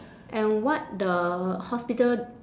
and what the hospital